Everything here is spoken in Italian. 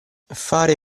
fare